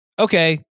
okay